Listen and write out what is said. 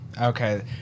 Okay